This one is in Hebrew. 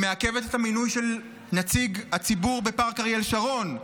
היא מעכבת את המינוי של נציג הציבור בפארק אריאל שרון,